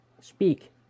Speak